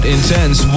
Intense